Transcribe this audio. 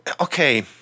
okay